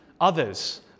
others